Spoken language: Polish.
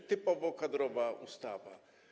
To typowo kadrowa ustawa.